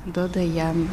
duoda jam